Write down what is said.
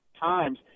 Times